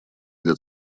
для